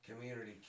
Community